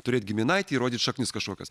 turėt giminaitį įrodyti šaknis kažkokias